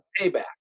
payback